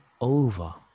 over